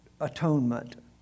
atonement